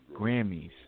Grammys